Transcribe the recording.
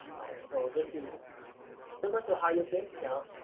so this is similar to how your sales account,